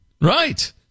Right